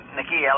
Nikki